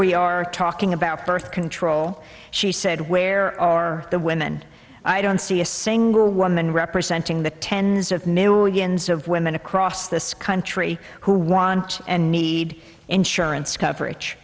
we are talking about birth control she said where are the women i don't see a single woman representing the tens of millions of women across this country who want and need insurance coverage